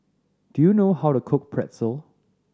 do you know how to cook Pretzel